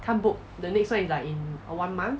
看 book the next one is like in one month